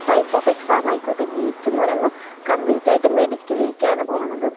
type of exam ആയിക്കോട്ടെ NEET എന്ന് പറയുമ്പോൾ കംപ്ലീറ്റ് ആയിട്ട് മെഡിക്കലിലേക്കാണ് പോകുന്നത്